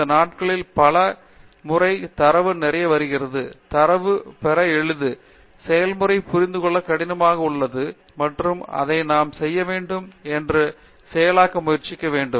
இந்த நாட்களில் பல முறை தரவு நிறைய வருகிறது தரவு பெற எளிது செயல்முறை புரிந்து கொள்ள கடினமாக உள்ளது மற்றும் நாம் அதை செய்ய வேண்டும் என்று செயலாக்க முயற்சி வேண்டும்